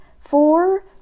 four